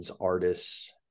artists